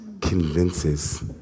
convinces